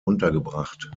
untergebracht